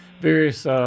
various